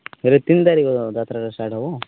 ହେଲେ ତିନି ତାରିଖ ଯାତ୍ରାଟା ଷ୍ଟାର୍ଟ ହେବ